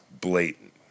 blatant